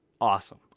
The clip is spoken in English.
awesome